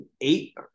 Eight –